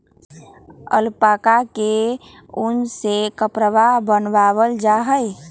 alpaca के उन से कपड़वन बनावाल जा हई